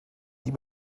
die